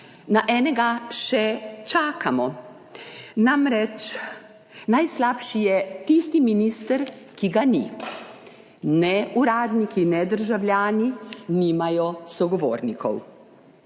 na enega še čakamo, namreč, najslabši je tisti minister, ki ga ni. Ne uradniki, ne državljani nimajo sogovornikov.